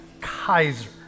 Kaiser